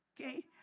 Okay